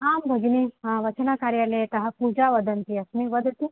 हा भगिनि हा वाचनकार्यालयतः पूजा वदन्ती अस्मि वदतु